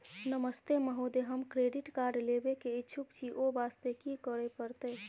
नमस्ते महोदय, हम credit card लेबे के इच्छुक छि ओ वास्ते की करै परतै?